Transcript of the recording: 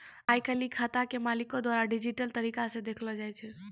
आइ काल्हि खाता के मालिको के द्वारा डिजिटल तरिका से देखलो जाय छै